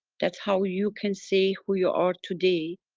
that's how you can say who you are today.